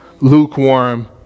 Lukewarm